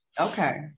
Okay